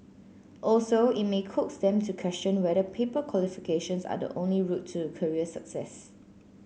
also it may coax them to question whether paper qualifications are the only route to career success